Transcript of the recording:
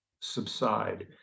subside